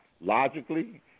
Logically